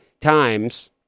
times